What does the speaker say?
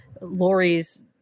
Lori's